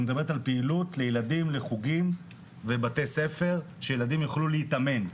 את מדברת על פעילות לחוגים ובתי-ספר שילדים יוכלו להתאמן,